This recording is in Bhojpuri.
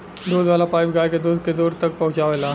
दूध वाला पाइप गाय के दूध के दूर तक पहुचावेला